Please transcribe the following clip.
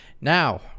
Now